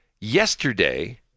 Yesterday